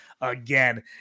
again